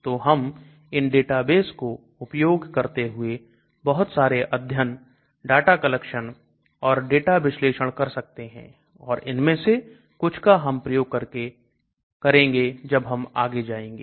तो हम इन डेटाबेस को उपयोग करते हुए बहुत सारे अध्ययन डाटा कलेक्शन और डेटा विश्लेषण कर सकते हैं और इनमें से कुछ का हम प्रयोग करेंगे जब हम आगे जाएंगे